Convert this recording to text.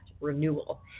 renewal